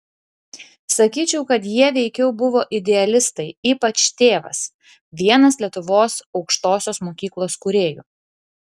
sakyčiau kad jie veikiau buvo idealistai ypač tėvas vienas lietuvos aukštosios mokyklos kūrėjų